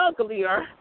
uglier